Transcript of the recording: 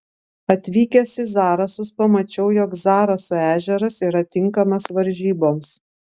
atvykęs į zarasus pamačiau jog zaraso ežeras yra tinkamas varžyboms